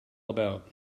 about